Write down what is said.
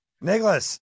Nicholas